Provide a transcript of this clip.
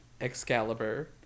Excalibur